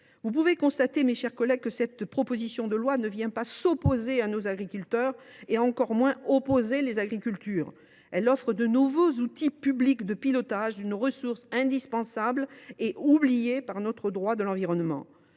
vous pouvez le constater, mes chers collègues, cette proposition de loi ne vient pas s’opposer à nos agriculteurs et encore moins opposer les agricultures ! Elle offre de nouveaux outils publics de pilotage d’une ressource indispensable et oubliée dans notre droit de l’environnement.